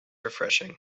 refreshing